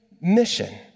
mission